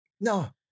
No